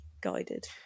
guided